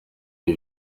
iyo